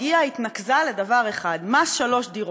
התנקזה לדבר אחד: מס שלוש דירות.